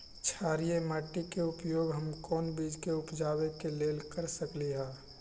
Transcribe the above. क्षारिये माटी के उपयोग हम कोन बीज के उपजाबे के लेल कर सकली ह?